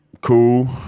cool